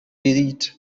beat